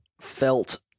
felt